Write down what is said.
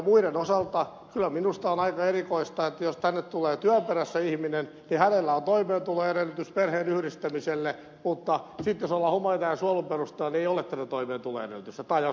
muiden osalta on kyllä minusta aika erikoista että jos tänne tulee työn perässä ihminen niin hänellä on toimeentuloedellytys perheenyhdistämiselle mutta sitten jos ollaan humanitäärisen suojelun perusteella niin ei ole tätä toimeentuloedellytystä tai asumisen edellytystä